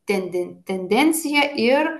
tenden tendencija ir